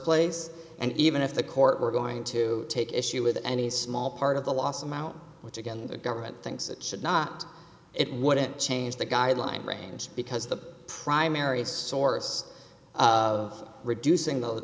place and even if the court were going to take issue with any small part of the loss amount which again the government thinks it should not it wouldn't change the guideline range because the primary source of reducing th